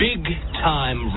Big-time